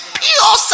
pure